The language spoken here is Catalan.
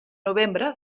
novembre